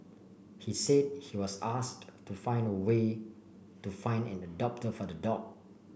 he said he was asked to find own way to find an adopter for the dog